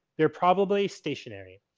they're probably stationary.